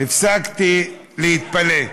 הפסקתי להתפלא.